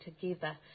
together